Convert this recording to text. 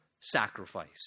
sacrifice